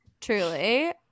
truly